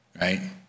right